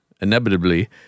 inevitably